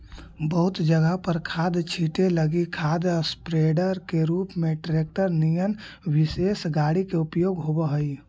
बहुत जगह पर खाद छीटे लगी खाद स्प्रेडर के रूप में ट्रेक्टर निअन विशेष गाड़ी के उपयोग होव हई